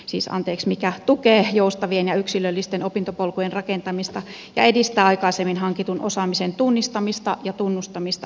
siis anteeks mikä tukee joustavien ja yksilöllisten opintopolkujen rakentamista ja edistää aikaisemmin hankitun osaamisen tunnistamista ja tunnustamista osaksi tutkintoa